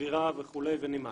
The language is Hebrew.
סבירה ונימקת.